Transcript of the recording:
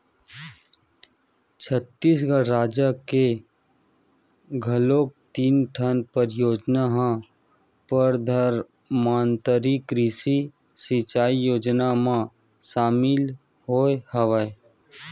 छत्तीसगढ़ राज के घलोक तीन ठन परियोजना ह परधानमंतरी कृषि सिंचई योजना म सामिल होय हवय